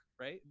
right